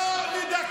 נגד